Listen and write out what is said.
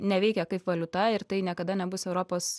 neveikia kaip valiuta ir tai niekada nebus europos